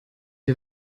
ihr